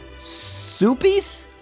Soupies